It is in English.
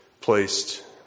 placed